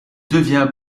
devient